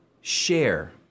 share